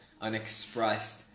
unexpressed